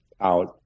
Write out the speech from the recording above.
out